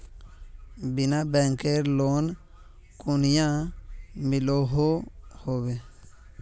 बिना बैंकेर लोन कुनियाँ मिलोहो होबे?